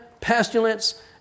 pestilence